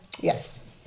Yes